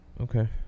okay